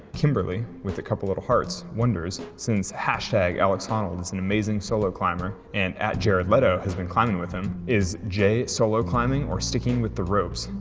kimberley with a couple little hearts wonders since hashtag alex honnold is an amazing solo climber and at jared leto has been climbing with him, is j solo climbing or sticking with the ropes?